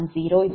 004Xj0